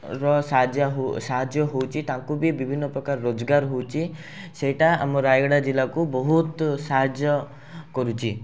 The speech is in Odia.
ସାହାଯ୍ୟ ହେଉଛି ତାଙ୍କୁ ବି ବିଭିନ୍ନ ପ୍ରକାର ରୋଜଗାର ହେଉଛି ସେଇଟା ଆମ ରାୟଗଡ଼ା ଜିଲ୍ଲାକୁ ବହୁତ ସାହାଯ୍ୟ କରୁଛି